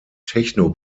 techno